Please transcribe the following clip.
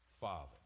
father